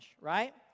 right